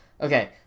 okay